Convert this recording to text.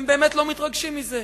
והם באמת לא מתרגשים מזה.